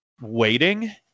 waiting